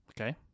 okay